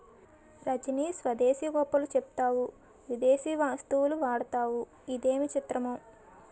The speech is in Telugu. రజనీ స్వదేశీ గొప్పలు చెప్తావు విదేశీ వస్తువులు వాడతావు ఇదేమి చిత్రమో